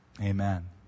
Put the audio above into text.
amen